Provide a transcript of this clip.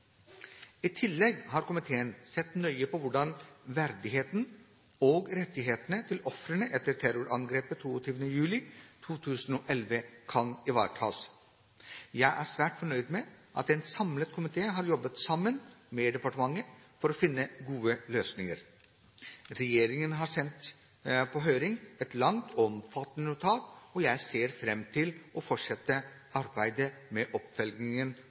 I tillegg har komiteen sett nøye på hvordan verdigheten og rettighetene til ofrene etter terrorangrepet 22. juli 2011 kan ivaretas. Jeg er svært fornøyd med at en samlet komité har jobbet sammen med departementet for å finne gode løsninger, at regjeringen har sendt på høring et langt og omfattende notat, og jeg ser fram til å fortsette arbeidet med oppfølgingen